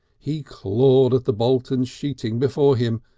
he clawed at the bolton sheeting before him,